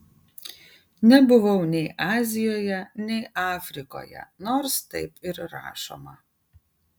nebuvau nei azijoje nei afrikoje nors taip ir rašoma